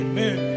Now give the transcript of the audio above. Amen